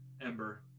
Ember